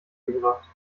gebracht